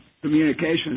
communications